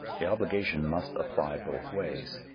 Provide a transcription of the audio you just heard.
the obligation must apply both ways.